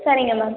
சரிங்க மேம்